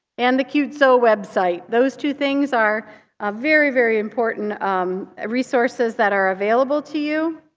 and the qtso website. those two things are ah very, very important um ah resources that are available to you.